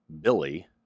Billy